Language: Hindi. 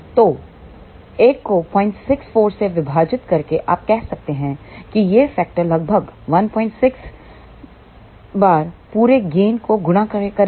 तो 1 को 064 से विभाजित करके आप कह सकते हैं कि यह फैक्टर लगभग 16 बार पूरे गेन को गुणा करेगा